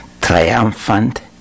Triumphant